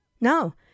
No